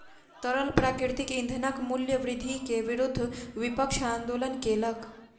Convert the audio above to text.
तरल प्राकृतिक ईंधनक मूल्य वृद्धि के विरुद्ध विपक्ष आंदोलन केलक